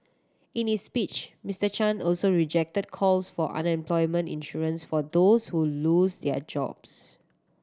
in his speech Mister Chan also rejected calls for unemployment insurance for those who lose their jobs